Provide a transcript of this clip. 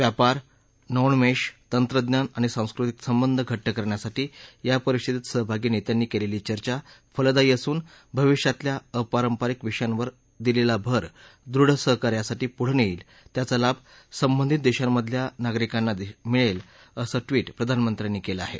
व्यापार नवोन्मेश तंत्रज्ञान आणि सांस्कृतिक संबंध घट्ट करण्यासाठी या परिषदेत सहभागी नेत्यांनी केलेली चर्चा फलदायी असून भाविष्यातल्या अपारपारिक विषयावर दिलेला भर दृढ करण्यासाठी पुढं नेईल त्याचा लाभ संबंधित देशांमधल्या नागरिकांना मिळेल असं ट्विट प्रधानमंत्र्यांनी केलं आहे